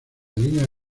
línea